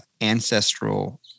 ancestral